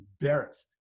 embarrassed